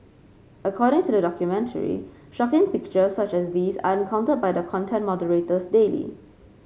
according to the documentary shocking pictures such as these are encountered by the content moderators daily